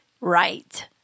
right